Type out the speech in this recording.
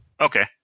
Okay